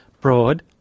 broad